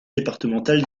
départementale